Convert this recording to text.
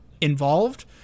involved